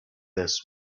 this